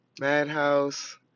Madhouse